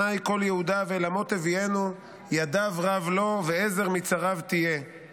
קול יהודה ואל עמו תביאנו ידיו רב לו וְעֵזֶר מִצָּרָיו תהיה";